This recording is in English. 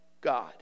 God